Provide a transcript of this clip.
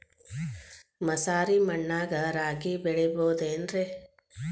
ಮಸಾರಿ ಮಣ್ಣಾಗ ರಾಗಿ ಬೆಳಿಬೊದೇನ್ರೇ?